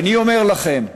ואני אומר לכם,